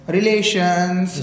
Relations